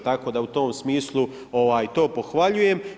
Tako da u tom smislu to pohvaljujem.